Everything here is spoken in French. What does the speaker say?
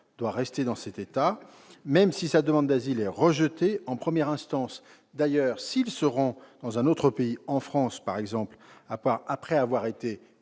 doit y rester même si sa demande d'asile est rejetée en première instance. D'ailleurs, s'il se rend dans un autre pays, par exemple en France, après avoir été